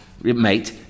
mate